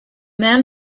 men